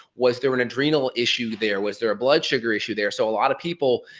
was there an adrenal issue there, was there a blood sugar issue there. so a lot of people,